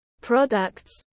products